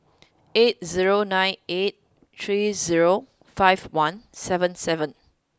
eight zero nine eight three zero five one seven seven